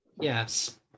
yes